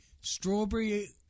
Strawberry